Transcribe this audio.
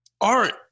art